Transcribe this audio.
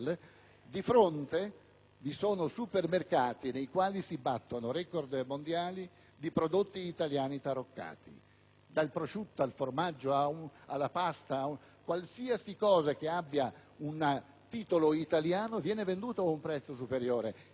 vi sono supermercati nei quali si battono record mondiali di prodotti italiani taroccati: dal prosciutto al formaggio alla pasta, qualsiasi cosa che abbia un titolo italiano viene venduto a un prezzo superiore, in confezioni direi